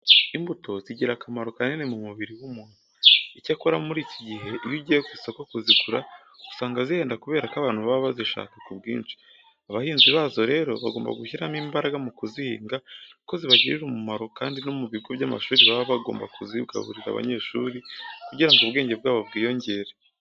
Imbuto zigira akamaro kanini mu mubiri w'umuntu. Icyakora muri iki gihe iyo ugiye ku isoko kuzigura usanga zihenda kubera ko abantu baba bazishaka ku bwinshi. Abahinzi bazo rero bagomba gushyiramo imbaraga mu kuzihiga kuko zibagirira umumaro kandi no mu bigo by'amashuri baba bagomba kuzigaburira abanyeshuri kugira ngo ubwenge bwabo bwiyongere.